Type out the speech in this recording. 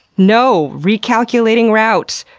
no! recalculating route.